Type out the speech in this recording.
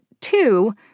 two